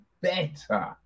better